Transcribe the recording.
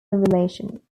relation